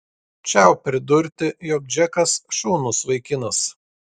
čiau pridurti jog džekas šaunus vaikinas